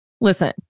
Listen